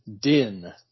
din